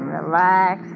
relax